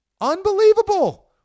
Unbelievable